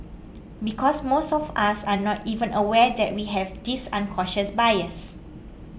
because most of us are not even aware that we have this unconscious bias